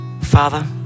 Father